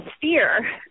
fear